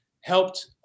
helped